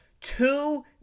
two